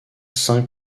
saint